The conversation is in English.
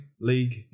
league